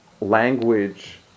language